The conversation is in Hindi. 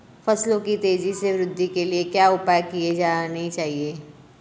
फसलों की तेज़ी से वृद्धि के लिए क्या उपाय किए जाने चाहिए?